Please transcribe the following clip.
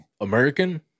American